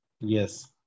Yes